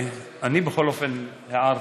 אני, בכל אופן, הערתי.